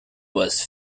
was